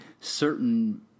certain